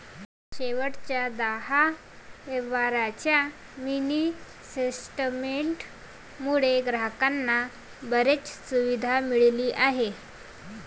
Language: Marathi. शेवटच्या दहा व्यवहारांच्या मिनी स्टेटमेंट मुळे ग्राहकांना बरीच सुविधा मिळाली आहे